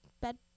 Bed